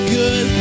good